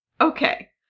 okay